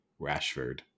Rashford